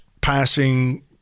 passing